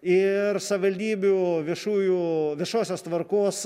ir savivaldybių viešųjų viešosios tvarkos